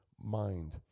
mind